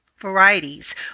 varieties